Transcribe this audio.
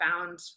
found